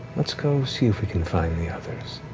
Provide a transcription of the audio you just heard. let's go see if we can find the others.